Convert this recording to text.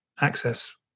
access